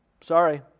Sorry